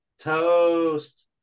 toast